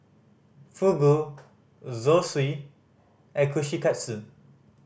Fugu Zosui and Kushikatsu